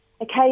okay